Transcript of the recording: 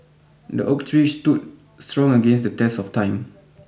the oak tree stood strong against the test of time